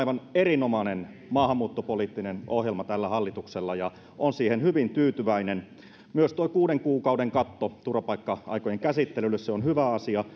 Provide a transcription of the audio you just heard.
aivan erinomainen maahanmuuttopoliittinen ohjelma tällä hallituksella ja olen siihen hyvin tyytyväinen myös tuo kuuden kuukauden katto turvapaikka aikojen käsittelylle on hyvä asia